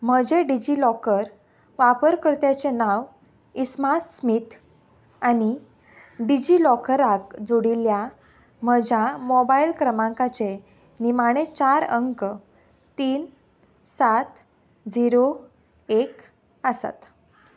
म्हजें डिजिलॉकर वापरकर्त्याचें नांव इस्मास स्मीत आनी डिजिलॉकराक जोडिल्ल्या म्हज्या मोबायल क्रमांकाचे निमाणें चार अंक तीन सात झिरो एक आसात